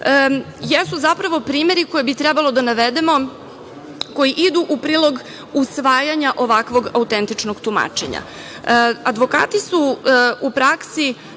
jesu zapravo primeri koje bi trebalo da navedemo koji idu u prilog usvajanja ovakvog autentičnog tumačenja. Advokati su u praksi,